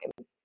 time